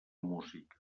música